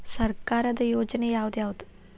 ಸರ್ಕಾರದ ಯೋಜನೆ ಯಾವ್ ಯಾವ್ದ್?